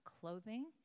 clothing